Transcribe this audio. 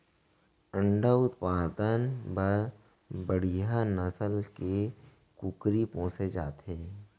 अंडा उत्पादन बर बड़िहा नसल के कुकरी पोसे जाथे